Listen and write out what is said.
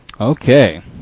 Okay